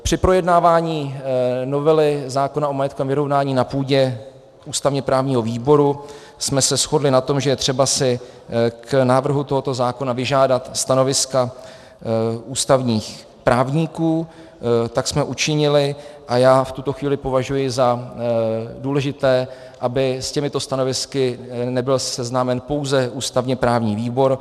Při projednávání novely zákona o majetkovém vyrovnání na půdě ústavněprávního výboru jsme se shodli na tom, že je třeba si k návrhu tohoto zákona vyžádat stanoviska ústavních právníků, tak jsme učinili a já v tuto chvíli považuji za důležité, aby s těmito stanovisky nebyl seznámen pouze ústavněprávní výbor.